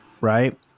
right